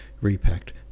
repacked